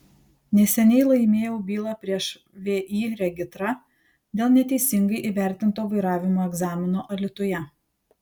neseniai laimėjau bylą prieš vį regitra dėl neteisingai įvertinto vairavimo egzamino alytuje